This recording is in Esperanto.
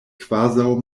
kvazaŭ